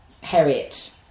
Harriet